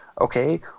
Okay